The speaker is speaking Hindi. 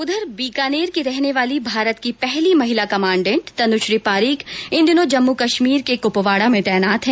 उधर बीकानेर की रहने वाली भारत की पहली महिला कमाण्डेंट तनुश्री पारीक इन दिनों जम्मू कश्मीर के कुपवाड़ा में तैनात है